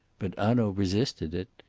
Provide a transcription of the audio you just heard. but hanaud resisted it.